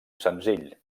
senzill